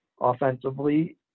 offensively